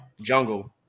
Jungle